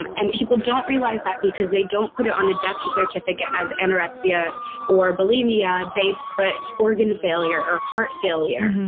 and and people don't realize that because they don't put it on the death certificate as anorexia or bulimia, they put organ failure or heart failure.